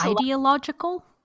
Ideological